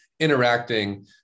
interacting